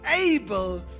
able